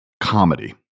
comedy